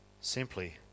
simply